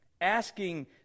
Asking